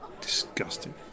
disgusting